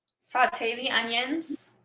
saute the onions